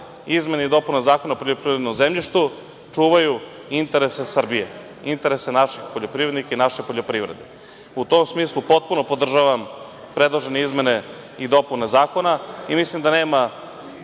izmene i dopune Zakona o poljoprivrednom zemljištu čuvaju interese Srbije, interese naših poljoprivrednika, i naše poljoprivrede.U tom smislu potpuno podržavam predložene izmene i dopune zakona i mislim da nema